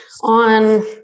on